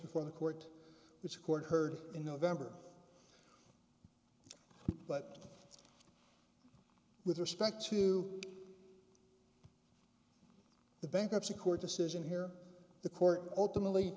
before the court which court heard in november but with respect to the bankruptcy court decision here the court ultimately